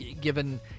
given